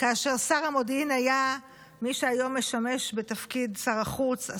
כאשר שר המודיעין היה מי שהיום משמש בתפקיד שר החוץ,